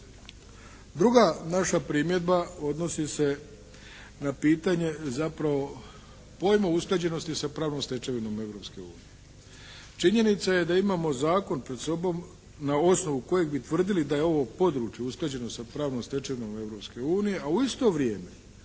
Druga naša primjedba odnosi se na pitanje zapravo pojma usklađenosti sa pravnom stečevinom Europske unije. Činjenica je da imamo zakon pred sobom na osnovu kojeg bi tvrdili da je ovo područje usklađeno sa pravnom stečevinom Europske unije,